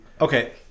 Okay